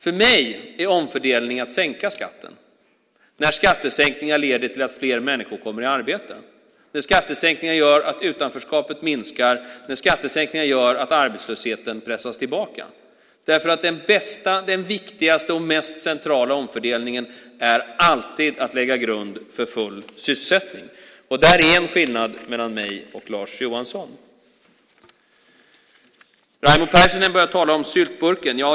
För mig är omfördelning att sänka skatten, när skattesänkningar leder till att fler människor kommer i arbete, när skattesänkningar gör att utanförskapet minskar och när skattesänkningar gör att arbetslösheten pressas tillbaka. Den bästa, viktigaste och mest centrala omfördelningen är alltid att lägga grund för full sysselsättning. Där finns en skillnad mellan mig och Lars Johansson. Raimo Pärssinen börjar tala om syltburken.